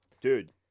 Dude